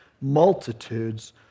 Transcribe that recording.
Multitudes